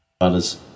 Others